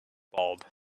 bulb